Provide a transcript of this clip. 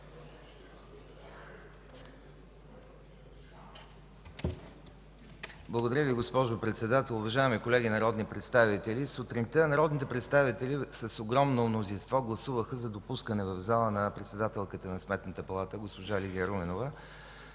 Благодаря Ви, госпожо Председател. Уважаеми колеги народни представители, сутринта народните представители с огромно мнозинство гласуваха за допускане в залата на председателя на Сметната палата госпожа Лидия Руменова.